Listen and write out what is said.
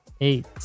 eight